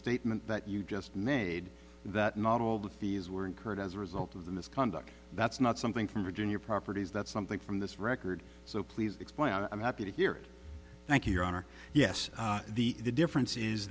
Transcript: statement that you just made that not all the fees were incurred as a result of the misconduct that's not something from virginia properties that's something from this record so please explain and i'm happy to hear it thank you your honor yes the difference is